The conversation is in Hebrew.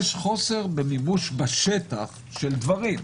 יש חוסר במימוש בשטח של דברים,